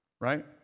right